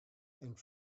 and